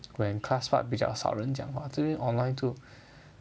when class part 比较少人讲话这边 online 就